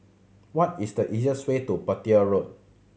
what is the easiest way to Petir Road